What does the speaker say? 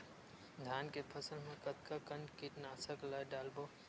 धान के फसल मा कतका कन कीटनाशक ला डलबो?